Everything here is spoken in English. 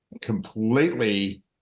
completely